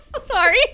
sorry